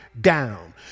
down